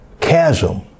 chasm